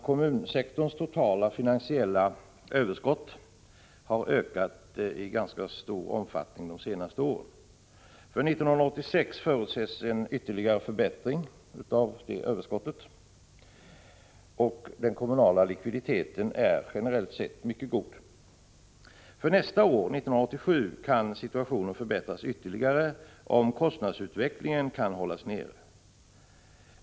Kommunsektorns totala finansiella överskott har ökat i ganska stor omfattning de senaste åren. För 1986 förutses en ytterligare förbättring av detta överskott. Den kommunala likviditeten är generellt sett mycket god. För nästa år, 1987, kan situationen förbättras ytterligare om kostnadsutvecklingen kan hållas nere.